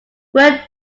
wood